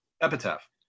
Epitaph